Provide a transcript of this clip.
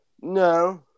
No